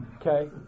Okay